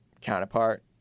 counterpart